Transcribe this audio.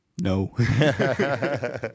no